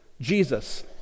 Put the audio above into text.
Jesus